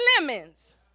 lemons